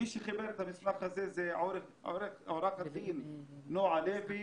מי שחיבר את המסמך הזה הוא עורכת-הדין נועה לוי